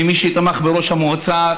ומי שתמך בראש המועצה,